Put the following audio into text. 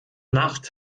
nacht